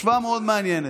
השוואה מאוד מעניינת.